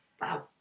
Wow